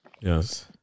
Yes